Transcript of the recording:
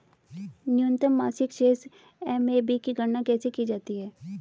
न्यूनतम मासिक शेष एम.ए.बी की गणना कैसे की जाती है?